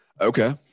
Okay